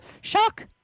shock